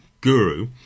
guru